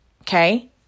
okay